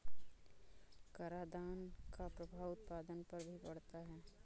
करादान का प्रभाव उत्पादन पर भी पड़ता है